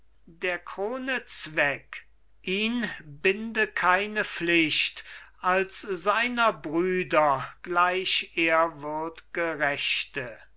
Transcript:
der krone zweck ihn binde keine pflicht als seiner brüder gleich ehrwürdge rechte